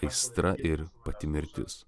aistra ir pati mirtis